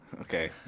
Okay